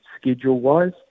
Schedule-wise